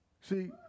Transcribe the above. See